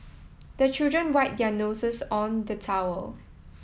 the children wipe their noses on the towel